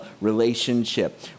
relationship